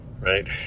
right